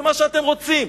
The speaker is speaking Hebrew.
ומה שאתם רוצים.